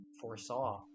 foresaw